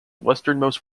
westernmost